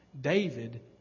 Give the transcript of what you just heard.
David